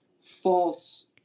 false –